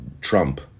Trump